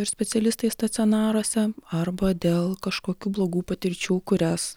ir specialistais stacionaruose arba dėl kažkokių blogų patirčių kurias